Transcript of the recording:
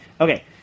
Okay